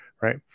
right